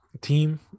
team